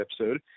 episode